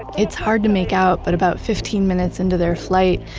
it's hard to make out but about fifteen minutes into their flight,